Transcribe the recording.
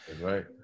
Right